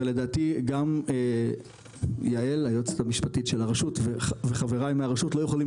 ולדעתי גם יעל היועצת המשפטית של הרשות וחבריי מהרשות לא יכולים